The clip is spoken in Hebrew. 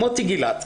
מוטי גילת,